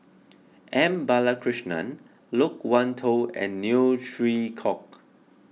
M Balakrishnan Loke Wan Tho and Neo Chwee Kok